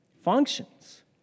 functions